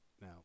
Now